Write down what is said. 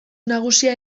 nagusia